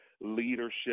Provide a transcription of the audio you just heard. leadership